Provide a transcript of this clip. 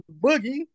Boogie